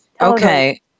Okay